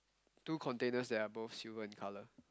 two containers that are both silver in colour